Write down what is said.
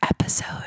episode